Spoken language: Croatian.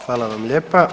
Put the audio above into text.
Hvala vam lijepa.